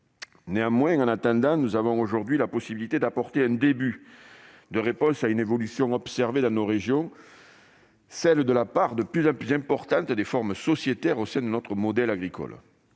réformer. En attendant, nous avons aujourd'hui la possibilité d'apporter un début de réponse à une évolution observée dans nos régions, celle de la part de plus en plus importante des formes sociétaires au sein de notre modèle agricole.